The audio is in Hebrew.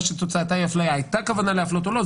שתוצאתה היא אפליה הייתה כוונה להפלות או לא --".